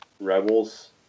Rebels